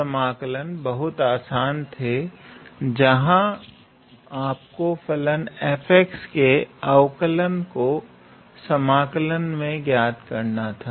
तो यह समाकल बहुत आसान थे जंहा आपको फलन f के अवकलन को समाकलन मे ज्ञात करना होता था